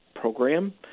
program